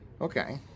Okay